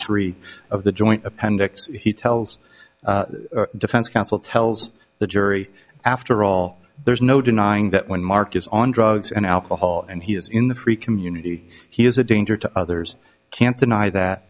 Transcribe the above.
three of the joint appendix he tells defense counsel tells the jury after all there's no denying that when mark is on drugs and alcohol and he is in the community he is a danger to others can't deny that